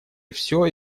все